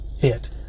fit